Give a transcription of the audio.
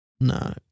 No